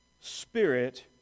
spirit